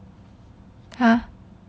!huh!